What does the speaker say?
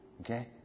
Okay